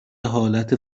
حالت